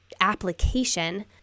application